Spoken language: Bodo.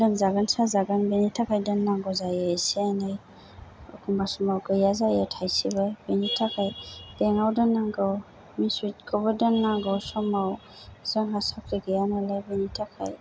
लोमजागोन साजागोन बेनि थाखाय दोन्नांगौ जायो एसे एनै एखमबा समाव गैया जायो थाइसेबो बेनि थाखाय बेंकआव दोन्नांगौ मिउसुयेदखौबो दोन्नांगौ समाव जोंहा साख्रि गैया नालाय बेनि थाखाय